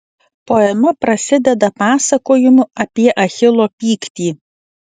poema prasideda pasakojimu apie achilo pyktį